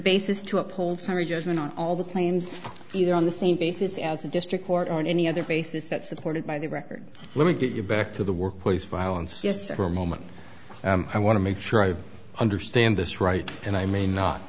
basis to uphold summary judgment on all the claims either on the same basis as a district court or any other basis that supported by the record let me get you back to the workplace violence just for a moment i want to make sure i understand this right and i may not